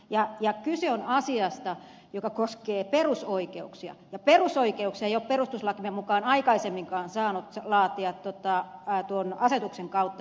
ja kyse on asiasta joka koskee perusoikeuksia ja perusoikeuksia ei ole perustuslakimme mukaan aikaisemminkaan saanut laatia asetuksen kautta